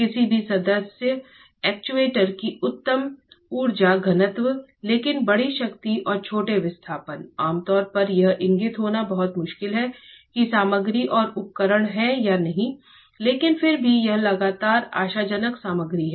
किसी भी सदस्य एक्ट्यूएटर की उच्चतम ऊर्जा घनत्व लेकिन बड़ी शक्ति और छोटे विस्थापन आमतौर पर यह इंगित करना बहुत मुश्किल है कि सामग्री और उपकरण हैं या नहीं लेकिन फिर भी यह लगातार आशाजनक सामग्री है